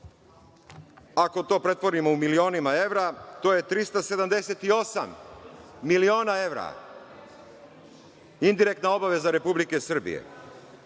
ako to pretvorimo, u milionima evra, to je 378 miliona evra, indirektna obaveza Republike Srbije.